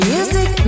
Music